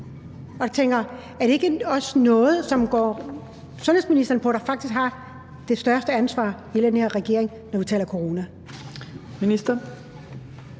Så tænker jeg: Er det ikke noget, der også går sundhedsministeren på, der faktisk har det største ansvar i den her regering, når vi taler corona?